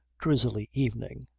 drizzly evening.